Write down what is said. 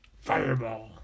Fireball